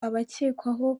abakekwaho